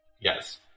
Yes